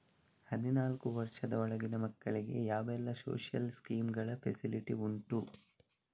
ಹದಿನಾಲ್ಕು ವರ್ಷದ ಒಳಗಿನ ಮಕ್ಕಳಿಗೆ ಯಾವೆಲ್ಲ ಸೋಶಿಯಲ್ ಸ್ಕೀಂಗಳ ಫೆಸಿಲಿಟಿ ಉಂಟು?